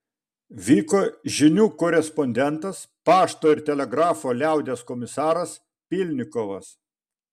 vyko žinių korespondentas pašto ir telegrafo liaudies komisaras pylnikovas